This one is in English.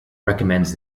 recommends